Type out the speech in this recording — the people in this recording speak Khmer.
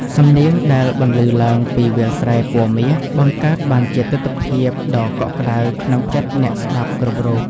សំនៀងដែលបន្លឺឡើងពីវាលស្រែពណ៌មាស បង្កើតបានជាទិដ្ឋភាពដ៏កក់ក្ដៅក្នុងចិត្តអ្នកស្ដាប់គ្រប់រូប។